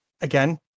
again